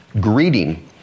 greeting